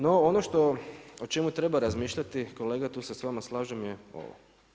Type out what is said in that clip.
No ono o čemu treba razmišljati, kolega , tu se s vama slažem je ovo.